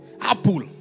apple